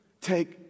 take